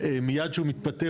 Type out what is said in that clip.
מיד שהוא מתפטר,